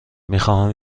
میخواهم